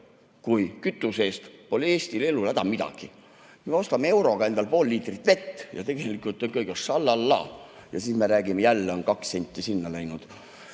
kui kütuse eest, pole Eesti elul häda midagi. Me ostame euroga endale pool liitrit vett ja tegelikult on kõigest šal-lal-laa! Ja siis me räägime, et jälle on kaks senti [kallimaks] läinud.